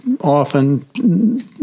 often